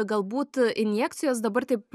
galbūt injekcijos dabar taip